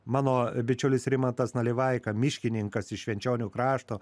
mano bičiulis rimantas nalivaika miškininkas iš švenčionių krašto